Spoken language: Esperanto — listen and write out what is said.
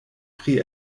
pri